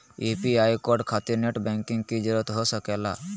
UPI code खातिर net banking की जरूरत हो सके ला?